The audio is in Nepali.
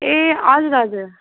ए हजुर हजुर